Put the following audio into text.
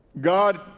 God